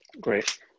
Great